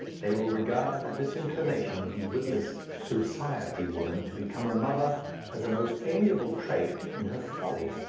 they will regard the disinclination of the witless society woman to become a mother as a most amiable trait in her folly.